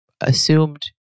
assumed